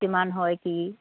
কিমান হয় কি